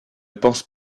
pense